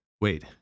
Wait